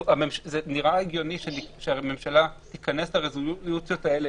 זה נראה הגיוני שהממשלה תיכנס לרזולוציות האלה